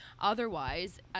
Otherwise